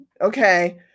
Okay